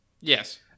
Yes